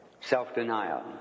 self-denial